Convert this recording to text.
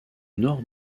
nord